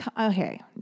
okay